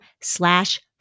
slash